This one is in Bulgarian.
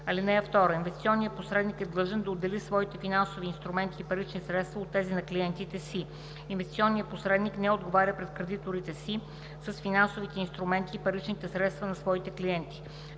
активи. (2) Инвестиционният посредник е длъжен да отдели своите финансови инструменти и парични средства от тези на клиентите си. Инвестиционният посредник не отговаря пред кредиторите си с финансовите инструменти и паричните средства на своите клиенти.